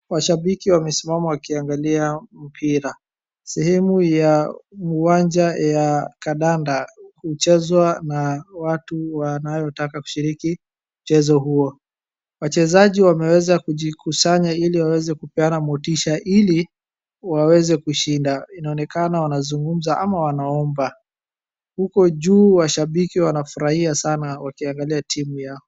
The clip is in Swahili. waashabiki wamesimama wakiangalia mpira sehemu ya uwanja ya kandanda huchezwa na watu wanaotaka kushiriki mchezo huo wachezaji wameweza kujikusanya ili waweze kujipea motisha ili waweze kushinda ,inaonekana wanazungumza au wanaomba huko juu washabiki wanafurahia sana wakiangalia timu yao